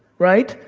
right?